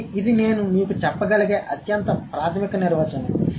కాబట్టి ఇది నేను మీకు చెప్పగలిగే అత్యంత ప్రాథమిక నిర్వచనం